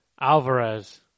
Alvarez